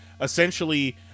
essentially